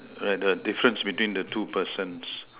err the difference between the two persons